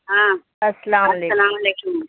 ہاں السلام السلام علیکم